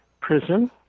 prison